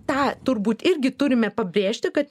tą turbūt irgi turime pabrėžti kad